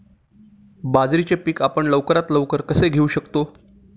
बाजरीचे पीक आपण लवकरात लवकर कसे घेऊ शकतो?